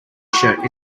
tshirt